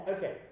Okay